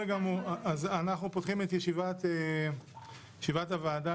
אנחנו פותחים את ישיבת הוועדה,